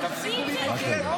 תפסיקו להתבכיין.